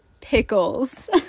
pickles